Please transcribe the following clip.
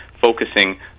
focusing